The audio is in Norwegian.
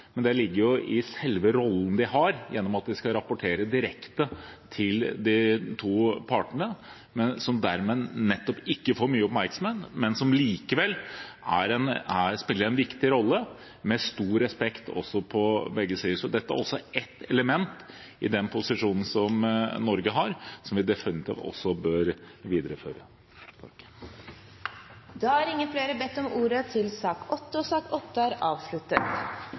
men det ligger i selve rollen de har med å rapportere direkte til de to partene. De får dermed ikke mye oppmerksomhet, men spiller likevel en viktig rolle og får stor respekt på begge sider. Dette er et element i den posisjonen som Norge har, og som vi definitivt også bør videreføre. Flere har ikke bedt om ordet til sak nr. 8. I denne proposisjonen, 123 S for 2016–2017, ber regjeringen om Stortingets godkjenning til å starte opp fem nye investeringsprosjekter. Det er